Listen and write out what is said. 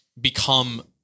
become